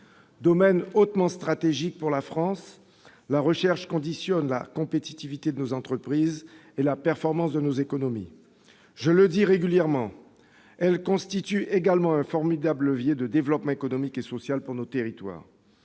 Domaine hautement stratégique pour la France, la recherche conditionne la compétitivité de nos entreprises et la performance de notre économie. Je le dis régulièrement, elle constitue également un formidable levier de développement économique et social pour nos territoires.